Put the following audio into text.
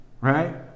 right